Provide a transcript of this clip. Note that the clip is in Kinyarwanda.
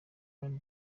y’uko